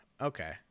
Okay